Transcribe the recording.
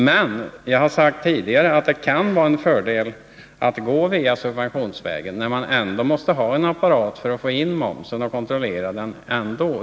Men som jag sagt tidigare kan det vara en fördel att gå subventionsvägen, när man ändå måste ha en apparat i samhället för att få in momsen och kontrollera den.